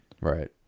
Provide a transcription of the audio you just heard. Right